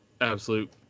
absolute